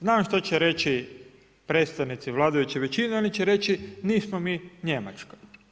Znam što će reći predstavnici vladajuće većine, oni će reći nismo mi Njemačka.